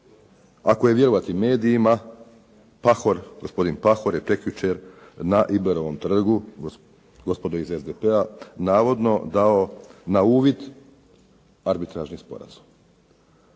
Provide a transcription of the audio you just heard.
ako je vjerovati medijima Pahor, gospodin Pahor je prekjučer na Iblerovom trgu, gospodo iz SDP-a, navodno dao na uvid arbitražni sporazum